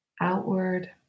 outward